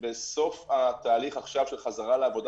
בסוף התהליך של חזרה לעבודה